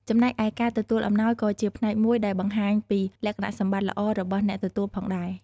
ចំណែកឯការទទួលអំណោយក៏ជាផ្នែកមួយដែលបង្ហាញពីលក្ខណៈសម្បត្តិល្អរបស់អ្នកទទួលផងដែរ។